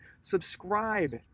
Subscribe